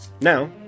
Now